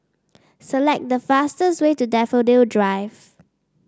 select the fastest way to Daffodil Drive